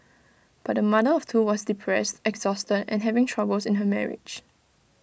but the mother of two was depressed exhausted and having troubles in her marriage